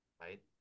right